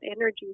energy